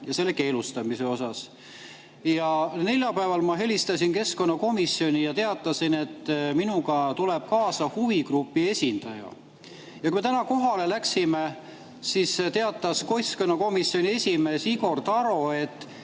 ja selle keelustamise kohta. Neljapäeval ma helistasin keskkonnakomisjoni ja teatasin, et minuga tuleb kaasa huvigrupi esindaja. Kui täna kohale läksime, siis teatas keskkonnakomisjoni esimees Igor Taro, et